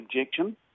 objection